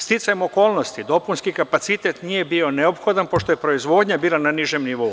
Sticajem okolnosti dopunski kapacitet nije bio neophodan pošto je proizvodnja bila na nižem nivou.